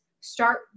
start